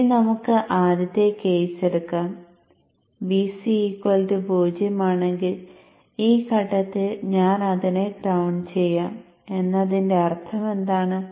ഇനി നമുക്ക് ആദ്യത്തെ കേസ് എടുക്കാം Vc 0 ആണെങ്കിൽ ഈ ഘട്ടത്തിൽ ഞാൻ അതിനെ ഗ്രൌണ്ട് ചെയ്യാം എന്നതിന്റെ അർത്ഥമെന്താണ്